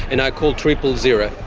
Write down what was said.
and i called triple zero.